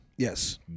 Yes